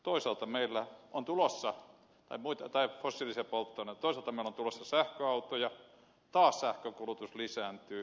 toisaalta meillä on tulossa tai muita tai pussillisen polttona tosin tämä tulos sähköautoja taas sähkön kulutus lisääntyy